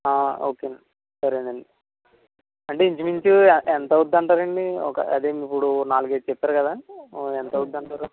okay అండి సరే అండి అంటే ఇంచుమించు ఎంత అవుద్ది అంటారు అండి అంటే ఒక అదే అండి ఇప్పుడు ఒక నాలుగైదు చెప్పారు కదా ఎంత అవుద్ది అంటారు